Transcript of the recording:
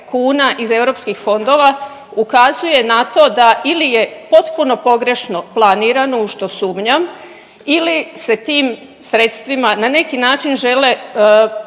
iz EU fondova, ukazuje na to da ili je potpuno pogrešno planirano, u što sumnjam ili se tim sredstvima, ne neki način žele poboljšati